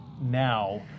now